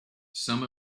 some